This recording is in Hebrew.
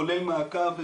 כולל מעקב.